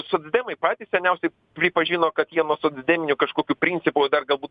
socdemai patys seniausiai pripažino kad jie nuo socdeminių kažkokių principų dar galbūt